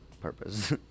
purpose